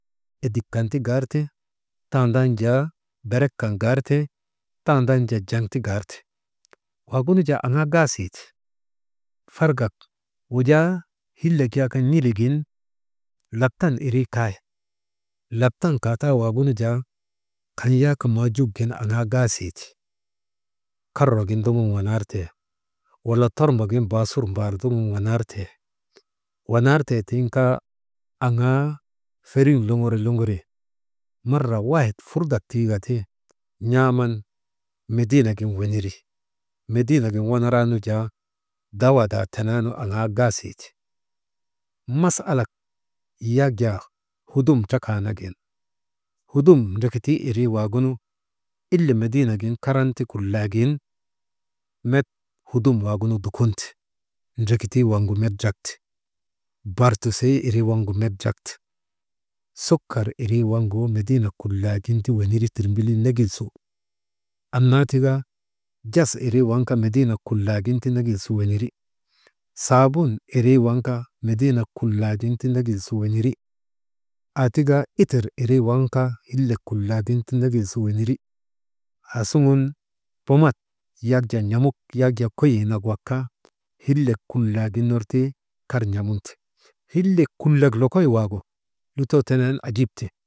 Edik kan ti garte tanndan jaa berek kan ti garte, tandan jaa jaŋ garte, waagunu jaa aŋaa gaasiii ti fargak wujaa hillek yak n̰iligi laptan irii kay, laptan kaataa waagunu jaa kaŋ yak maajuk gin aŋaa gaasii ti, karrak gin ndogun wanar tee wala tormbogin baasur mbaar ndoŋun wanartee, wanartee tiŋ kaa aŋaa feriŋ luŋuri, luŋuri maara wahit furdak tiika ti, n̰aaman mediinak gin weneri, mediinek gin wanaraa nu jaa, dawadaa tenee nu aŋaa gaasii ti, masaalak yak jaa hudum trakaa nagin, hudun ndreketuu irii waagunu, ile mediinek gin karan ti kullagin, met hudun waagunu dukonte dreketuu waŋu met drakte, bartisii irii waŋgu met drakte, sukar irii waagunu medinek kullagin ti weneri tirmbilii negil su, annaa tika jes irii waŋ kaa mediinek kullagin ti negil su weneri, saabun irii waŋkaa mediinek kullagin ti negil su weneri, aa tika itir irii waŋ kaa hillek kullagin ti negil su weneri, aasuŋun pomat yak jaa n̰amuk, yak jaa koyii nak wak kaa, hiilek kullagin ner ti kar n̰amunte, hillek kulak lokoy wak lutoo tenen ajib ti.